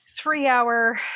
three-hour